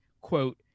quote